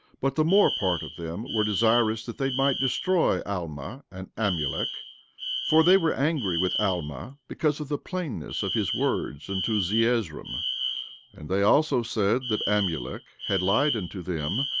but the more part of them were desirous that they might destroy alma and amulek for they were angry with alma, because of the plainness of his words unto zeezrom and they also said that amulek had lied unto them,